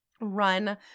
run